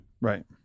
Right